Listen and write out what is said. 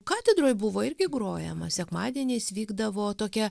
katedroj buvo irgi grojama sekmadieniais vykdavo tokie